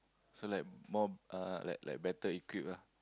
so like more uh like like better equipped ah